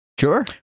Sure